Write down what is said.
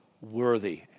worthy